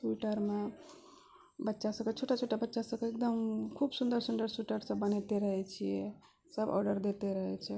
स्वेटरमे बच्चा सबके छोटा छोटा बच्चा सबके एकदम खूब सुन्दर सुन्दर स्वेटर सब बनैते रहै छियै सब आर्डर दैते रहै छै